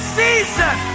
season